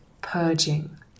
purging